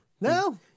No